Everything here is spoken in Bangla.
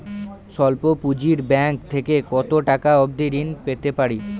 স্বল্প পুঁজির ব্যাংক থেকে কত টাকা অবধি ঋণ পেতে পারি?